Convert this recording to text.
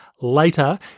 later